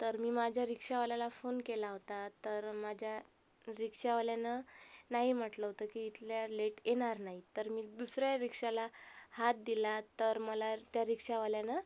तर मी माझ्या रिक्शावाल्याला फोन केला होता तर माझ्या रिक्शावाल्यानं नाही म्हटलं होतं की इथल्या लेट येणार नाही तर मी दुसऱ्या रिक्शाला हात दिला तर मला त्या रिक्शावाल्यानं